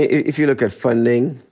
if you look at funding,